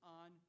on